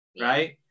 right